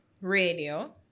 radio